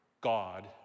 God